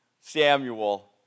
Samuel